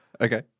Okay